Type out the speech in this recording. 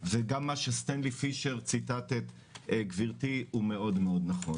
גם רמ"י וגם משרד הבינוי והשיכון יוזמים תוכניות.